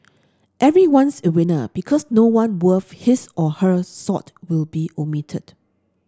everyone's a winner because no one worth his or her salt will be omitted